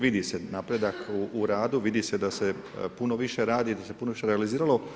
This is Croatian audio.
Vidi se napredak u radu, vidi se da se puno više radi, da se puno više realiziralo.